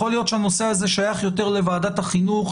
יכול להיות שהנושא הזה שייך יותר לוועדת החינוך,